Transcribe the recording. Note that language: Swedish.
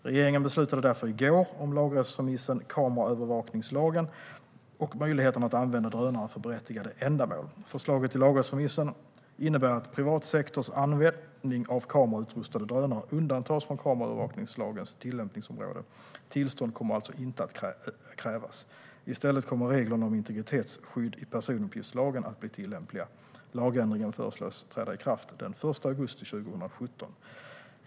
Regeringen beslutade därför i går om lagrådsremissen Kameraövervakningslagen och möjligheterna att använda drönare för berättigade ändamål . Förslaget i lagrådsremissen innebär att privat sektors användning av kamerautrustade drönare undantas från kameraövervakningslagens tillämpningsområde. Tillstånd kommer alltså inte att krävas. I stället kommer reglerna om integritetsskydd i personuppgiftslagen att bli tillämpliga. Lagändringen föreslås träda i kraft den 1 augusti 2017.